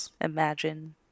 imagine